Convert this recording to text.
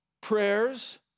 prayers